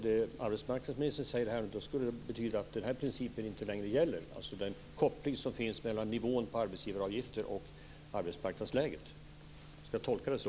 Det arbetsmarknadsministern säger här skulle då betyda att den principen inte längre gäller, dvs. den koppling som finns mellan nivån på arbetsgivaravgifter och arbetsmarknadsläget. Skall jag tolka det så?